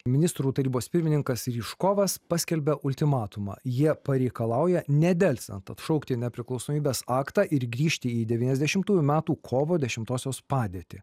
ministrų tarybos pirmininkas ryžkovas paskelbia ultimatumą jie pareikalauja nedelsiant atšaukti nepriklausomybės aktą ir grįžti į devyniasdešimtųjų metų kovo dešimtosios padėtį